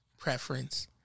preference